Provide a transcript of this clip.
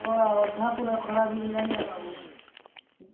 ଶଳା ଅଧା ପୁରା ଖରାପ ହେଇଗଲାଣି ଆଉ